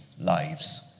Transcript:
lives